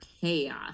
chaos